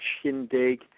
shindig